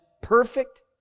perfect